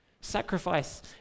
Sacrifice